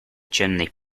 chimney